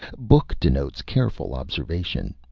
book denotes careful observation.